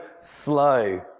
slow